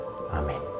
Amen